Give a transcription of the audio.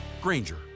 Granger